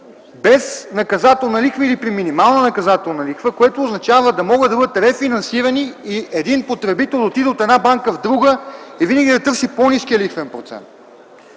без наказателна лихва или при минимална наказателна лихва, което означава, да могат да бъдат рефинансирани и един потребител да отиде от една банка в друга и винаги търси по ниския лихвен процент.